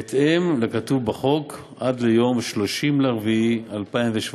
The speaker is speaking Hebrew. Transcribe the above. בהתאם לכתוב בחוק, עד ליום 30 באפריל 2017,